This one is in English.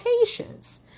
patience